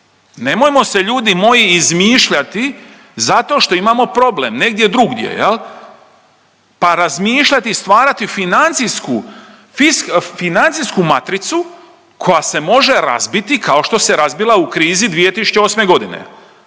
nemojmo se ljudi moji izmišljati zato što imamo problem negdje drugdje, pa razmišljati i stvarati financijsku matricu koja se može razbiti kao što se razbila u krizi 2008.g.,